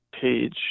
page